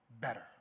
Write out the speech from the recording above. better